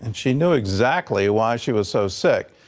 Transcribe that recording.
and she knew exactly why she was so sick.